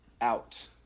out